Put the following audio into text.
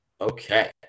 Okay